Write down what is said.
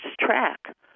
track